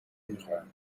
نمیخورند